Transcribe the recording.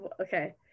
Okay